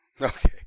Okay